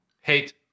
Hate